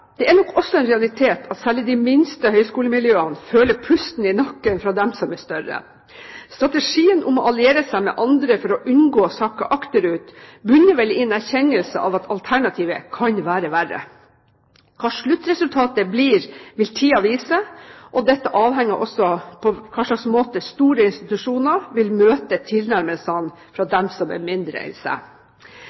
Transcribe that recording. er det nok også en realitet at særlig de minste høyskolemiljøene føler pusten i nakken fra dem som er større. Strategien om å alliere seg med andre for å unngå å sakke akterut bunner vel i en erkjennelse av at alternativet kan være verre. Hva sluttresultatet blir, vil tiden vise. Dette avhenger også av på hvilken måte store institusjoner vil møte tilnærmelsene fra dem som er mindre.